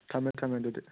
ꯊꯝꯃꯦ ꯊꯝꯃꯦ ꯑꯗꯨꯗꯤ